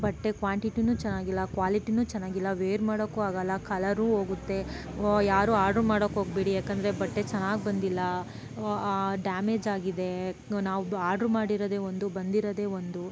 ಬಟ್ಟೆ ಕ್ವಾಂಟಿಟಿನೂ ಚೆನ್ನಾಗಿಲ್ಲ ಕ್ವಾಲಿಟಿನೂ ಚೆನ್ನಾಗಿಲ್ಲ ವೇರ್ ಮಾಡೋಕು ಆಗೋಲ್ಲ ಕಲರೂ ಹೋಗುತ್ತೆ ಯಾರು ಆರ್ಡ್ರ್ ಮಾಡೋಕೆ ಹೋಗ್ಬೇಡಿ ಯಾಕಂದರೆ ಬಟ್ಟೆ ಚೆನ್ನಾಗಿ ಬಂದಿಲ್ಲ ಡ್ಯಾಮೇಜಾಗಿದೆ ನಾವು ಆರ್ಡ್ರ್ ಮಾಡಿರೋದೆ ಒಂದು ಬಂದಿರೋದೆ ಒಂದು